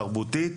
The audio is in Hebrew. תרבותית,